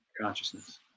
consciousness